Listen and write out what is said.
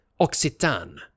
Occitan